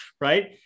right